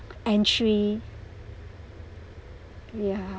entry ya